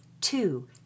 two